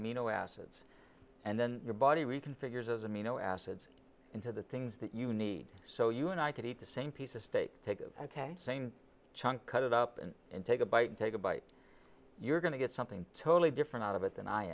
amino acids and then your body reconfigures as amino acids into the things that you need so you and i could eat the same piece of steak take the same chunk cut it up and take a bite and take a bite you're going to get something totally different out of it than i